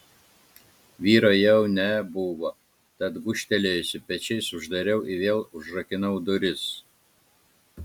vyro jau nebuvo tad gūžtelėjusi pečiais uždariau ir vėl užrakinau duris